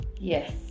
yes